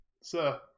sir